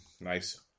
nice